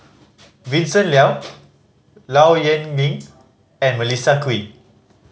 Vincent Leow Low Yen Ling and Melissa Kwee